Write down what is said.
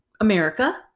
America